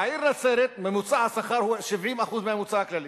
בעיר נצרת ממוצע השכר הוא 70% מהממוצע הכללי.